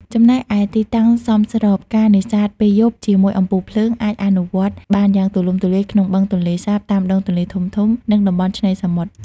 ចំណែកឯ ទីតាំងសមស្រប ការនេសាទពេលយប់ជាមួយអំពូលភ្លើង អាចអនុវត្តបានយ៉ាងទូលំទូលាយក្នុង បឹងទន្លេសាប តាមដងទន្លេធំៗ និងតំបន់ឆ្នេរសមុទ្រ។